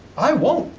i won't.